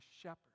shepherd